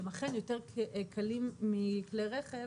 שהם אכן יותר קלים מכלי רכב,